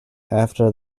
after